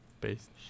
Based